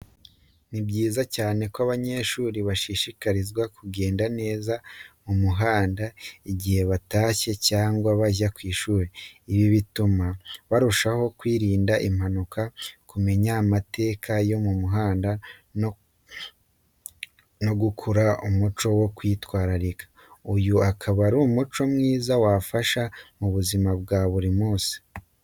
Ni byiza cyane ko abanyeshuri bashishikarizwa kugenda neza mu muhanda igihe batashye cyangwa bajya ku ishuri. Ibi bituma barushaho kwirinda impanuka, kumenya amategeko y’umuhanda, no gukurana umuco wo kwitwararika, uyu akaba ari umuco mwiza wabafasha mu buzima bwa buri munsi.